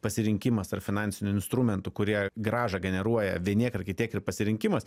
pasirinkimas ar finansinių instrumentų kurie grąžą generuoja vieniek ar kitiek ir pasirinkimas